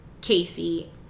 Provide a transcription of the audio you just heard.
Casey